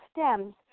stems